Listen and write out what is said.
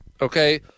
Okay